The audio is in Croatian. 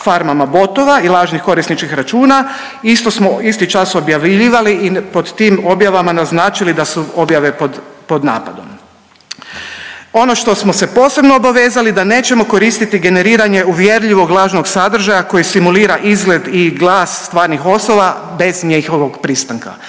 farmama botova i lažnih korisničkih računa, isto smo isti čas objavljivali i pod tim objavama naznačili da su objave pod napadom. Ono što smo se posebno obavezali, da nećemo koristiti generiranje uvjerljivog lažnog sadržaja koji simulira izgled i glas stvarnih osoba bez njihovog pristanka.